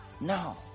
No